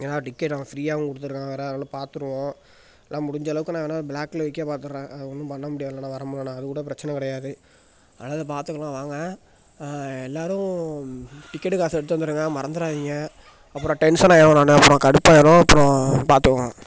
ஏனால் டிக்கெட் அவன் ஃப்ரீயாவும் கொடுத்துருக்கான் வேறு அதனால் பார்த்துருவோம் எல்லாம் முடிஞ்சளவுக்கு நான் வேணால் ப்ளாக்கில் விற்க பாத்துடறேன் அது ஒன்றும் பண்ண முடியாதுல்லைடா வரமுடிலன்னா அதுக்கூட பிரச்சனை கிடையாது அதனால் அதை பார்த்துக்கலாம் வாங்க எல்லோரும் டிக்கெட்டு காசை எடுத்து வந்துடுங்க மறந்துடாதீங்க அப்புறம் டென்ஷன் ஆயிடுவேன் நான் அப்புறம் கடுப்பாயிடும் அப்புறோம் பார்த்துக்கோங்க